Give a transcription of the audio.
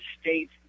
states